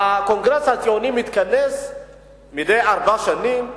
והקונגרס הציוני מתכנס מדי ארבע שנים.